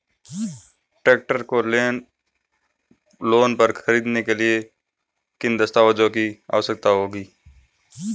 Tractor को loan पर खरीदने के लिए किन दस्तावेज़ों की आवश्यकता होती है?